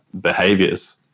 behaviors